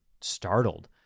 startled